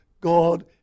God